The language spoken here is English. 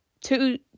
two